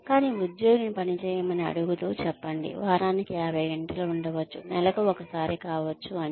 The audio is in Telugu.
కానీ ఉద్యోగిని పని చేయమని అడుగుతూ చెప్పండి వారానికి 50 గంటలు ఉండవచ్చు నెలకు ఒకసారి కావచ్చు అని